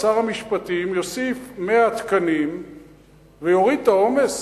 שר המשפטים יוסיף 100 תקנים ויוריד את העומס.